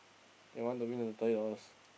they want to win the